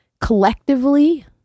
collectively